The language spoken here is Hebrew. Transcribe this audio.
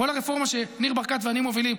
את כל הרפורמה שניר ברקת ואני מובילים,